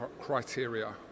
criteria